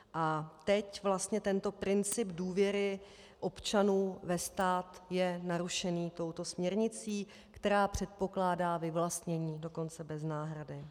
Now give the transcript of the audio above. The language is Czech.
A teď vlastně tento princip důvěry občanů ve stát je narušený touto směrnicí, která předpokládá vyvlastnění dokonce bez náhrady.